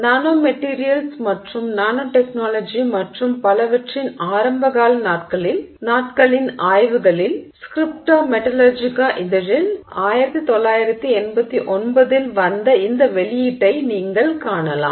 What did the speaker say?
nanomaterials மற்றும் nanotechnology மற்றும் பலவற்றின் ஆரம்பகால நாட்களின் ஆய்வுகளில் ஸ்கிரிப்டா மெடலர்ஜிகா இதழில் 1989 இல் வந்த இந்த வெளியீட்டை நீங்கள் காணலாம்